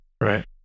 Right